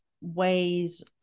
ways